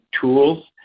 tools